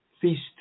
Feast